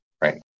right